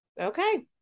Okay